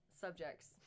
subjects